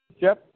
Jeff